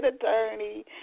attorney